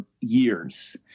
years